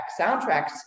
Soundtracks